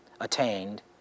attained